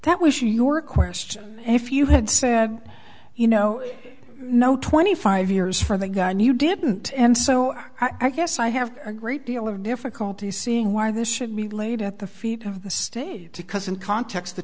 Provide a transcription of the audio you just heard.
that was your question if you had said you know no twenty five years for the gun you didn't and so are our guests i have a great deal of difficulty seeing why this should be laid at the feet of the stay because in context the